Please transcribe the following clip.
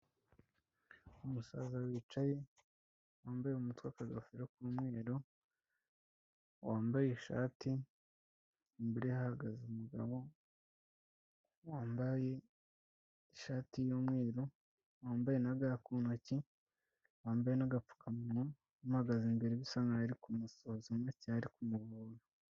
Umusaza wicaye wambaye umutwe wa kagofero nk'umweruru wambaye ishati imbere igaze umugabo wambaye ishati yumweru wambaye naga ku ntoki wambaye nagapfukamunwa uhagaze imbere bisa naho yari kumusoza make ari kumubohora.